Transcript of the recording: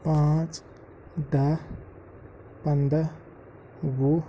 پانٛژھ دَہ پَنٛداہ وُہ